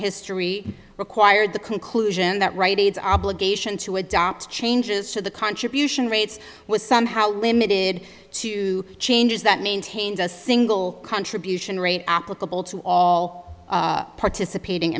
history required the conclusion that right aids obligation to adopt changes to the contribution rates was somehow limited to changes that maintains a single contribution rate applicable to all participating